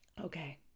Okay